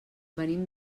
venim